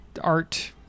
Art